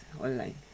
online